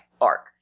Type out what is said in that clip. arc